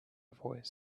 voice